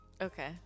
Okay